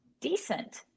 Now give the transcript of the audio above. decent